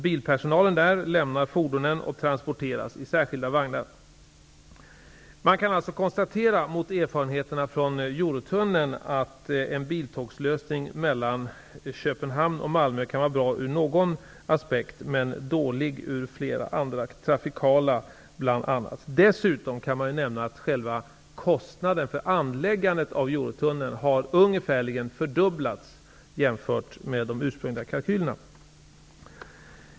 Mot bakgrund av erfarenheterna från Eurotunneln kan man alltså konstatera att en biltågslösning mellan Malmö och Köpenhamn kan vara bra ur någon aspekt men dålig ur andra aspekter, bl.a. trafikmässiga. Dessutom kan jag nämna att kostnaden för anläggandet av Eurotunneln i stort sett har fördubblats jämfört med de ursprungliga kalkylerna.